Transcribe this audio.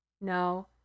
No